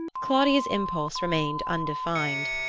claudia's impulse remained undefined.